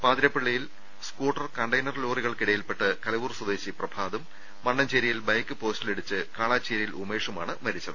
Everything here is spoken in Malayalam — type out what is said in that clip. പാതിരപ്പള്ളിയിൽ സ്കൂട്ടർ കണ്ടെയ്നർ ലോറികൾക്കിട യിൽപെട്ട് കലവൂർ സ്വദേശി പ്രഭാതും മണ്ണഞ്ചേരിയിൽ ബൈക്ക് പോസ്റ്റിൽ ഇടിച്ച് കാളാച്ചേരിയിൽ ഉമേഷുമാണ് മരിച്ചത്